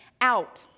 out